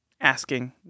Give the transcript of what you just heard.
asking